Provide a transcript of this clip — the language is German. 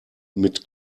mit